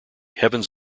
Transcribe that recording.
heavens